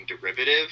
derivative